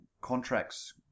contracts